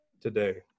today